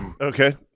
Okay